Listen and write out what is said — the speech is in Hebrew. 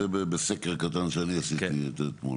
זה בסקר קטן שעשיתי אתמול.